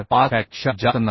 45fck पेक्षा जास्त नसावा